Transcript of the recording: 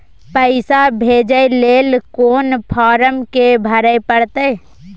पैसा भेजय लेल कोन फारम के भरय परतै?